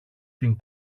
την